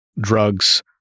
drugs